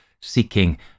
Seeking